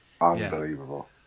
Unbelievable